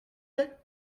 plait